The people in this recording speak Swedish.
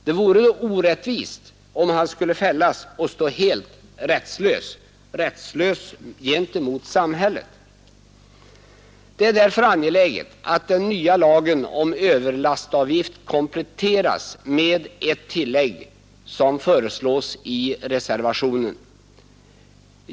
Det vore orättvist om han skulle fällas och stå helt rättslös gentemot samhället. Det är därför angeläget att den nya lagen om överlastavgift kompletteras med ett tillägg som föreslås i reservationen 1.